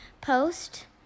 post